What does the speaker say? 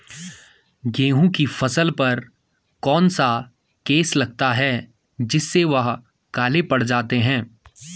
गेहूँ की फसल पर कौन सा केस लगता है जिससे वह काले पड़ जाते हैं?